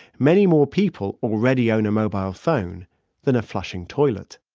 many more people already own a mobile phone than a flushing toilet